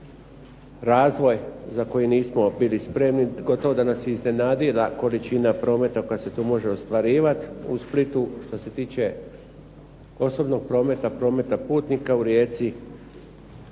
Razvoj za koji nismo bili spremni, gotovo da nas je iznenadila količina prometa koja se tu može ostvarivat u Splitu što se tiče osobnog prometa, prometa putnika u Rijeci